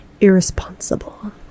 Irresponsible